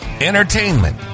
entertainment